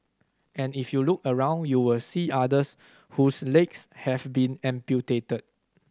and if you look around you will see others whose legs have been amputated